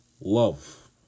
Love